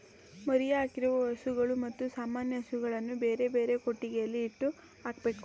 ಮರಿಯಾಕಿರುವ ಹಸುಗಳು ಮತ್ತು ಸಾಮಾನ್ಯ ಹಸುಗಳನ್ನು ಬೇರೆಬೇರೆ ಕೊಟ್ಟಿಗೆಯಲ್ಲಿ ಇಟ್ಟು ಹಾಕ್ಬೇಕು